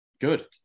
Good